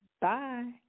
Bye